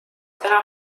täna